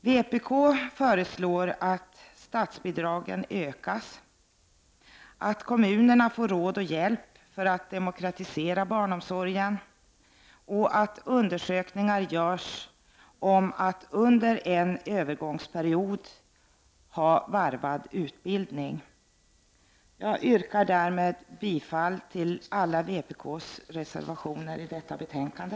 Vpk föreslår att statsbidragen ökas, att kommunerna får råd och hjälp för att demokratisera barnomsorgen samt att undersökningar görs om vilka möjligheter det finns att under en övergångsperiod ha varvad utbildning. Därmed yrkar jag bifall till alla vpk:s reservationer som är fogade till detta betänkande.